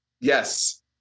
Yes